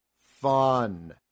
fun